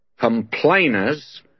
complainers